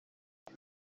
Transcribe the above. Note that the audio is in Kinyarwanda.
ati